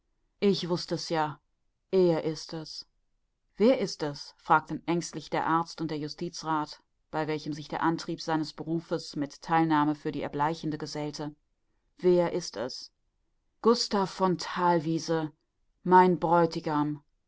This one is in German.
ich wußt es ja er ist es wer ist es fragten ängstlich der arzt und der justizrath bei welchem sich der antrieb seines berufes mit theilnahme für die erbleichende gesellte wer ist es gustav von thalwiese mein bräutigam